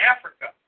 Africa